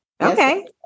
Okay